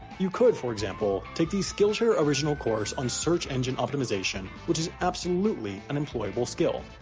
you could, for example, take the skillshare original course on search engine optimization which is absolutely an employable skill.